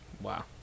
Wow